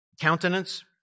countenance